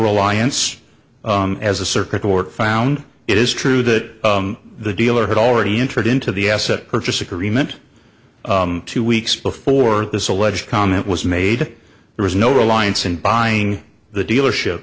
reliance as a circuit court found it is true that the dealer had already entered into the asset purchase agreement two weeks before this alleged comment was made there was no reliance in buying the dealership